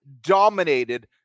dominated